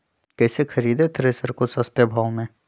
कैसे खरीदे थ्रेसर को सस्ते भाव में?